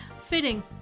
Fitting